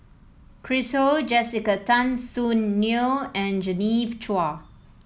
Chris Ho Jessica Tan Soon Neo and Genevieve Chua